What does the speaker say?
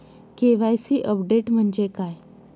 KYC update म्हणजे काय?